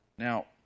Now